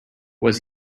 was